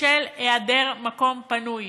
בשל היעדר מקום פנוי.